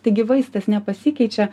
taigi vaistas nepasikeičia